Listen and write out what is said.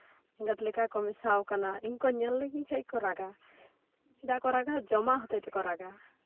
ᱮᱸᱜᱟᱛ ᱞᱮᱠᱟ ᱜᱮᱠᱚ ᱢᱮᱥᱟ ᱠᱟᱱᱟ ᱤᱧ ᱠᱚ ᱧᱮᱞᱞᱤᱧ ᱠᱷᱟᱡ ᱜᱮᱠᱚ ᱨᱟᱜᱟ ᱪᱮᱫ ᱠᱚ ᱨᱟᱜᱟ ᱡᱚᱢᱟᱜ ᱦᱚᱛᱮᱜ ᱛᱮᱠᱚ ᱨᱟᱜᱟ